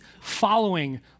following